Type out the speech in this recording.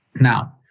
Now